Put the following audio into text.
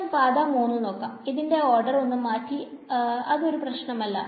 ശേഷം പാത 3 നോക്ക് നമുക്ക് ഇതിന്റെ ഓർഡർ ഒന്ന് മാറ്റാം അജി ഒരു പ്രശ്നമല്ല